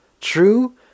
True